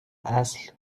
الاصل